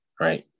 right